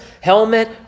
helmet